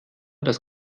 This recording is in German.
das